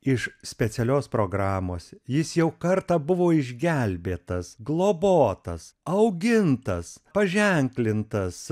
iš specialios programos jis jau kartą buvo išgelbėtas globotas augintas paženklintas